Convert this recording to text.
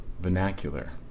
vernacular